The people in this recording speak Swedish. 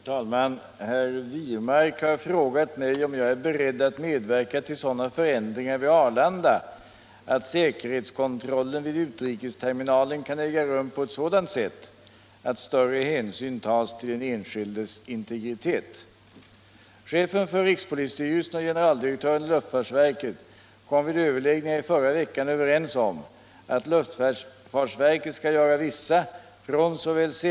I den nya utrikeshallen på Arlanda försiggår säkerhetskontrollen av flygresenärerna inom ett helt öppet område, där den besökande allmänheten i detalj kan åse personvisitationerna. För att skydda de enskilda resenärerna borde dessa visitationer utföras på en mera skyddad plats. Enligt tidningsuppgifter har även rikspolischefen hävdat att de nuvarande förhållandena vid säkerhetskontrollen inte är tillfredsställande från säkerhetssynpunkt, eftersom ett intermezzo skulle kunna medföra en betydligt farligare situation i denna öppna miljö.